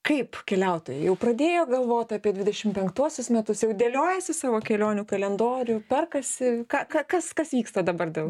kaip keliautojai jau pradėjo galvot apie dvidešim penktuosius metus jau dėliojasi savo kelionių kalendorių perkasi ką ką kas kas vyksta dabar dėl